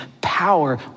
power